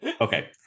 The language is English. okay